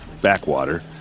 backwater